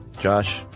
Josh